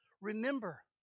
Remember